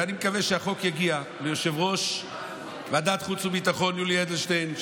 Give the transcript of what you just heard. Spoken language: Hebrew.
ואני מקווה שהחוק יגיע ליושב-ראש ועדת חוץ וביטחון יולי אדלשטיין,